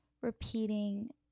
repeating